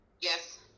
Yes